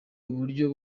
uburyo